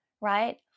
right